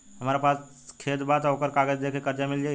हमरा पास खेत बा त ओकर कागज दे के कर्जा मिल जाई?